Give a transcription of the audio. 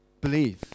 Believe